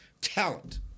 talent